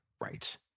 Right